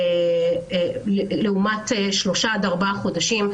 לעומת שלושה-ארבעה חודשים,